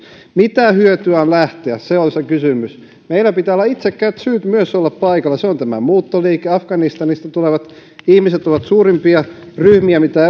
mitä hyötyä on lähteä se on se kysymys meillä pitää myös olla itsekkäät syyt olla paikalla se on tämä muuttoliike afganistanista tulevat ihmiset ovat suurimpia ryhmiä mitä